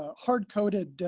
ah hard coded